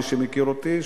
מי שמכיר אותי,